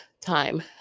time